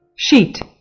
Sheet